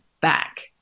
back